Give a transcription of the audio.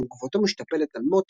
שם גופתו משתפדת על מוט,